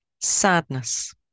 sadness